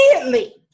immediately